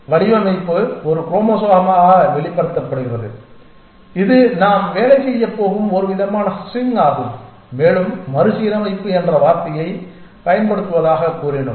வடிவமைப்பு ஒரு குரோமோசோமாக வெளிப்படுத்தப்படுகிறது இது நாம் வேலை செய்யப் போகும் ஒருவிதமான ஸ்ட்ரிங் ஆகும் மேலும் மறுசீரமைப்பு என்ற வார்த்தையைப் பயன்படுத்துவதாகக் கூறினோம்